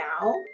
now